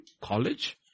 college